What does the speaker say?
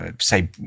Say